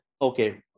okay